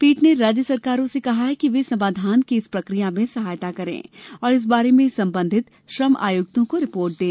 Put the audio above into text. पीठ ने राज्य सरकारों से कहा है कि वे समाधान की इस प्रक्रिया में सहायता करें और इस बारे में संबंधित श्रम आयुक्तों को रिपोर्ट दें